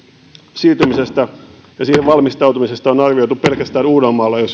siirtymisestä ja siihen valmistautumisesta on arvioitu pelkästään uudellamaalla jo